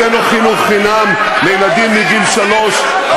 הבאנו חינוך חינם לילדים מגיל שלוש,